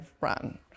run